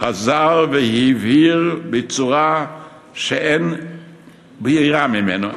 חזר והבהיר בצורה שאין בהירה ממנה,